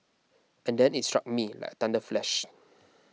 and then it struck me like a thunder flash